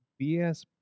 bs